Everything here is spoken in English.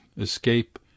escape